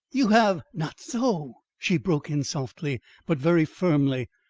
you have not so, she broke in softly but very firmly.